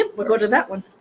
ah we'll go to that one.